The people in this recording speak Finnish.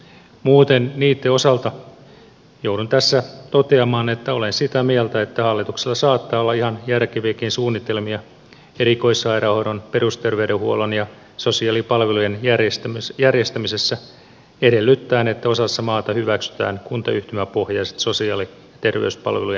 muuten niitten osalta joudun tässä toteamaan että olen sitä mieltä että hallituksella saattaa olla ihan järkeviäkin suunnitelmia erikoissairaanhoidon perusterveydenhuollon ja sosiaalipalvelujen järjestämisessä edellyttäen että osassa maassa hyväksytään kuntayhtymäpohjaiset sosiaali ja terveyspalvelujen järjestämisalueet